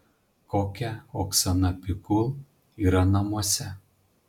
kokia oksana pikul yra namuose